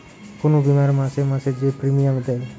কুনু বীমার মাসে মাসে যে প্রিমিয়াম দেয়